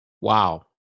Wow